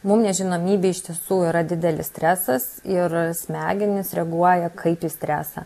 mum nežinomybė iš tiesų yra didelis stresas ir smegenys reaguoja kaip į stresą